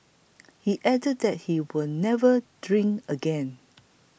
he added that he will never drink again